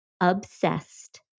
obsessed